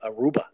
Aruba